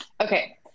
Okay